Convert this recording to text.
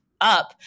up